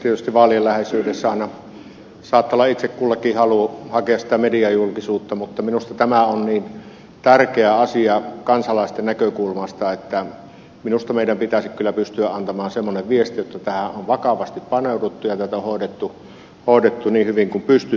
tietysti vaalien läheisyydessä aina saattaa olla itse kullakin halu hakea sitä mediajulkisuutta mutta minusta tämä on niin tärkeä asia kansalaisten näkökulmasta että minusta meidän pitäisi kyllä pystyä antamaan semmoinen viesti että tähän on vakavasti paneuduttu ja tätä on hoidettu niin hyvin kuin pystytään